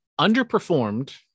underperformed